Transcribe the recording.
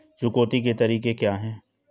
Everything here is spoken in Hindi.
चुकौती के तरीके क्या हैं?